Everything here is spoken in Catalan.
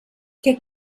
què